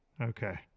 Okay